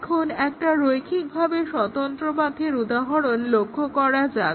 এখন একটা রৈখিকভাবে স্বতন্ত্র পাথের উদাহরণ লক্ষ্য করা যাক